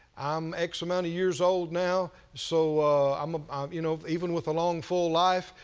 i'm x amount of years old now, so um ah you know even with a long full life,